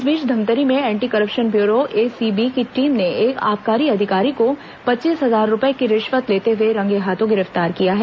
इस बीच धमतरी में एंटी करप्शन ब्यूरो एसीबी की टीम ने एक आबकारी अधिकारी को पच्चीस हजार रूपये की रिश्वत लेते हुए रंगेहाथों गिरफ्तार किया है